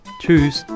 Tschüss